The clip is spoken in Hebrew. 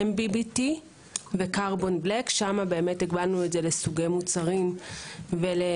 MBBT וקרבונד בלאק שם באמת הגבלנו את זה לסוגי מוצרים ולאזהרות.